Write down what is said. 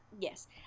Yes